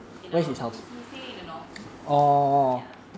in the north he he stay in the north also ya